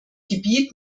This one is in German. gebiet